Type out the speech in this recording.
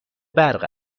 برق